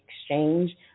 exchange